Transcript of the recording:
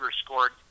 scored